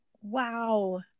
wow